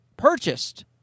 Purchased